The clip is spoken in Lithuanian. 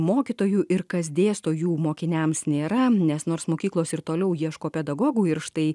mokytojų ir kas dėsto jų mokiniams nėra nes nors mokyklos ir toliau ieško pedagogų ir štai